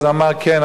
הוא אמר: כן,